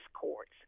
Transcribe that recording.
courts